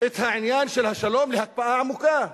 את העניין של השלום להקפאה עמוקה.